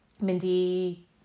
Mindy